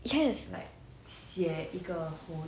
yes